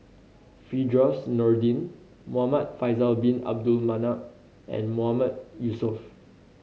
Firdaus Nordin Muhamad Faisal Bin Abdul Manap and Mahmood Yusof